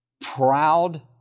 proud